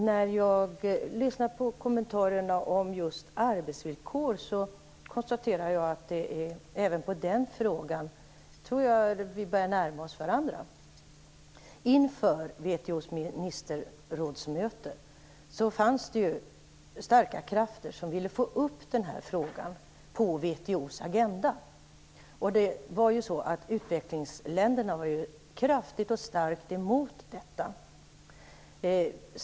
När jag lyssnade på kommentarerna om arbetsvillkor konstaterade jag att Reynoldh Furustrand och jag även i den frågan började närma oss varandra. Inför WTO:s ministerrådsmöte fanns det starka krafter som ville få upp den här frågan på WTO:s agenda. Utvecklingsländerna var ju kraftigt och starkt emot detta.